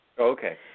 Okay